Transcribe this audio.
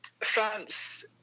France